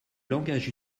langage